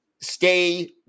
stay